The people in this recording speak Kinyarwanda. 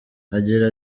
agira